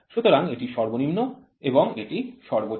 সুতরাং এটি সর্বনিম্ন এবং এটি সর্বোচ্চ